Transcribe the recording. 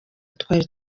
twari